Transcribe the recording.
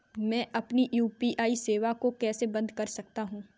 मैं अपनी यू.पी.आई सेवा को कैसे बंद कर सकता हूँ?